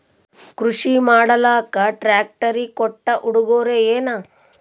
ಕೃಷಿ ಮಾಡಲಾಕ ಟ್ರಾಕ್ಟರಿ ಕೊಟ್ಟ ಉಡುಗೊರೆಯೇನ?